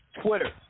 Twitter